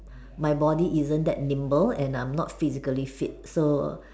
my body isn't that nimble and I'm not physically fit so